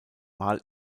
mal